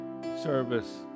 service